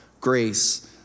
grace